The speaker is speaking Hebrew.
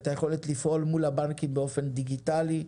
את היכולת לפעול מול הבנקים באופן דיגיטלי,